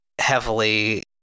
heavily